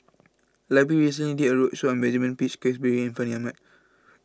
library recently did a roadshow on Benjamin Peach Keasberry and Fandi Ahmad